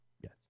Yes